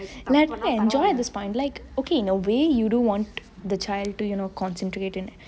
let her enjoy at this point like okay in a way you don't want the child to concentrate